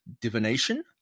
divination